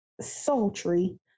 sultry